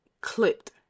clipped